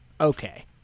okay